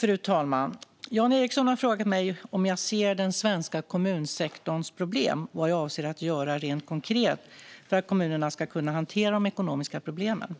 Fru talman! Jan Ericson har frågat mig om jag ser den svenska kommunsektorns problem och vad jag avser att göra rent konkret för att kommunerna ska kunna hantera de ekonomiska problemen.